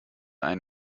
einen